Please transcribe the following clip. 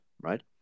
right